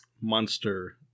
monster